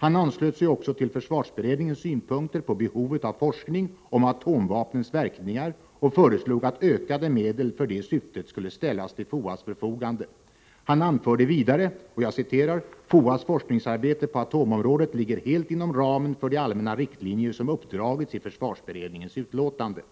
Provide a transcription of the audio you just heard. Han anslöt sig också till försvarsberedningens synpunkter på behovet av forskning om atomvapnens verkningar och föreslog att ökade medel för det syftet skulle ställas till FOA:s förfogande. Han anförde vidare: ”FOA:s forskningsarbete på atomområdet ligger helt inom ramen för de allmänna riktlinjer som uppdragits i försvarsberedningens utlåtande.